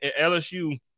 LSU